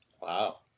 wow